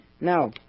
Now